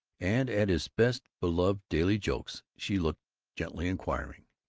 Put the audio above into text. and at his best-beloved daily jokes she looked gently inquiring.